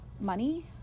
money